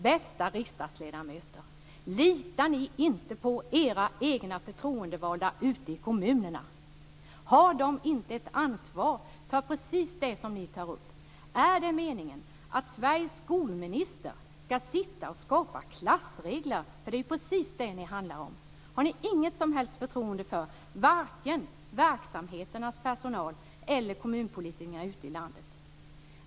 Bästa riksdagsledamöter! Litar ni inte på era egna förtroendevalda ute i kommunerna? Har de inte ett ansvar för precis det som ni tar upp? Är det meningen att Sveriges skolminister ska sitta och skapa klassrumsregler? Det är precis det som det handlar om. Har ni inget som helst förtroende för vare sig verksamheternas personal eller kommunpolitikerna ute i landet?